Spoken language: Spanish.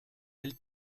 del